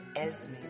Esme